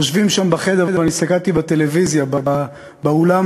יושבים שם בחדר, ואני הסתכלתי בטלוויזיה, יושבים